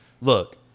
look